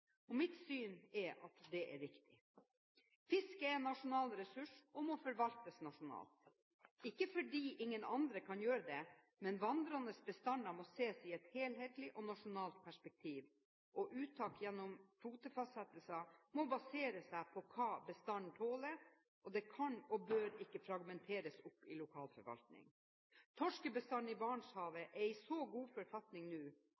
og mitt syn er at det er riktig. Fisk er en nasjonal ressurs og må forvaltes nasjonalt, ikke fordi ingen andre kan gjøre det, men vandrende bestander må ses i et helhetlig og nasjonalt perspektiv, og uttak gjennom kvotefastsettelser må baseres på hva bestanden tåler, og det verken kan eller bør fragmenteres i lokal forvaltning. Torskebestanden i Barentshavet er nå